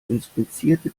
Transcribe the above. inspizierte